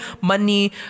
money